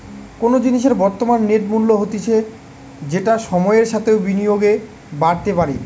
কোনো জিনিসের বর্তমান নেট মূল্য হতিছে যেটা সময়ের সাথেও বিনিয়োগে বাড়তে পারে